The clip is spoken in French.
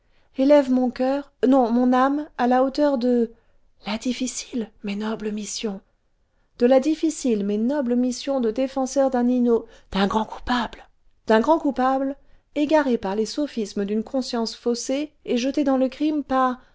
élève mon coeur non mon âme à la hauteur de la difficile mais noble mission de la difficile mais noble mission cle défenseur d'un inn o d'un grand coupable d'un grand coupable égaré par les sophismes d'une conscience faussée et jeté dans le crime par